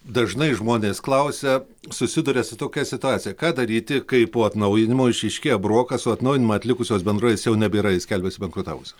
dažnai žmonės klausia susiduria su tokia situacija ką daryti kai po atnaujinimo išryškėja brokas o atnaujinimą atlikusios bendrovės jau nebėra ji skelbiasi bankrutavusi